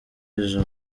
izo